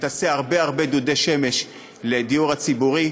ותעשה הרבה הרבה דודי שמש לדיור הציבורי.